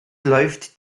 läuft